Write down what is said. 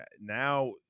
now